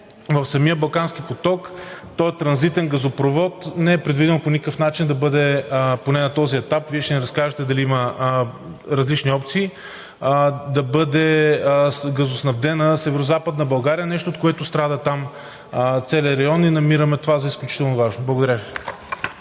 в самия Балкански поток, този транзитен газопровод не е предвидено по никакъв начин да бъде на този етап. Вие ще ни разкажете дали има различни опции да бъде газоснабдена Северозападна България – нещо, от което страда там целият район и намираме това за изключително важно. Благодаря Ви.